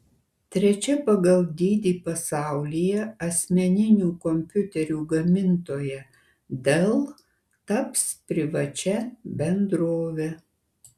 trečia pagal dydį pasaulyje asmeninių kompiuterių gamintoja dell taps privačia bendrove